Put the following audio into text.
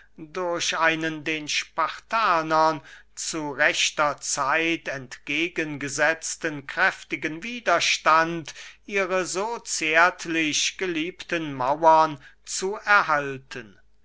durch einen den spartanern zu rechter zeit entgegen gesetzten kräftigen widerstand ihre so zärtlich geliebten mauern zu erhalten